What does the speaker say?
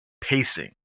pacing